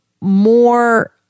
more